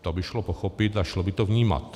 To by šlo pochopit a šlo by to vnímat.